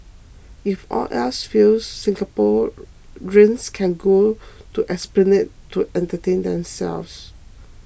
if all else fails Singaporeans can go to Esplanade to entertain themselves